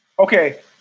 Okay